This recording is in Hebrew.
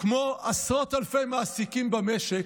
כמו עשרות אלפי מעסיקים במשק,